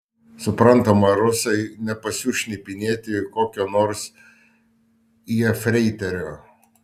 suprantama rusai nepasiųs šnipinėti kokio nors jefreiterio